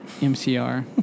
MCR